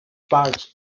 parts